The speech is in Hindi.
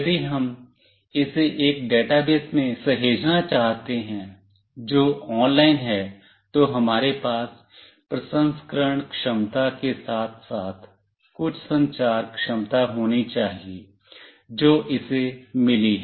यदि हम इसे एक डेटाबेस में सहेजना चाहते हैं जो ऑनलाइन है तो हमारे पास प्रसंस्करण क्षमता के साथ साथ कुछ संचार क्षमता होनी चाहिए जो इसे मिली है